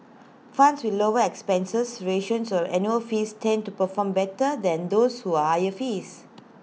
funds with lower expense ratios or annual fees tend to perform better than those are higher fees